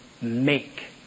make